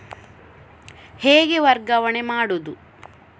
ಹೇಗೆ ವರ್ಗಾವಣೆ ಮಾಡುದು?